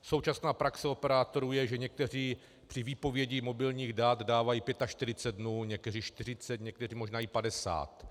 Současná praxe operátorů je, že někteří při výpovědi mobilních dat dávají 45 dnů, někteří 40, někteří možná i 50.